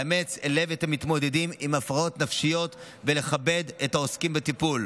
לאמץ אל לב את המתמודדים עם הפרעות נפשיות ולכבד את העוסקים בטיפול.